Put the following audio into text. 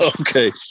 okay